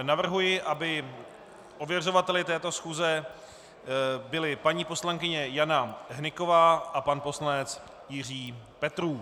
Navrhuji, aby ověřovateli této schůze byli paní poslankyně Jana Hnyková a pan poslanec Jiří Petrů.